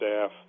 staff